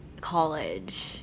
college